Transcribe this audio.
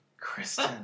Kristen